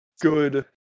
good